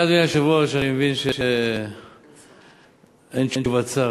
אדוני היושב-ראש, אני מבין שאין תשובת שר.